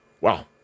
Wow